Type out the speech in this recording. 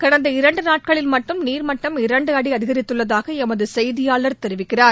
கடந்த இரண்டு நாட்களில் மட்டும் நீர்மட்டம் இரண்டு அடி அதிகித்துள்ளதாக எமது செய்தியாளர் தெரிவிக்கிறார்